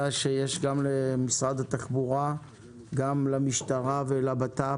שיש גם למשרד התחבורה גם למשטרה ולמשרד לביטחון פנים